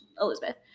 Elizabeth